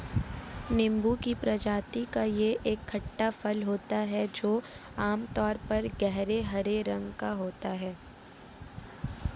नींबू की प्रजाति का यह एक खट्टा फल होता है जो आमतौर पर गहरे हरे रंग का होता है